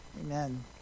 Amen